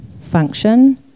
function